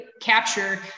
capture